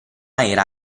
era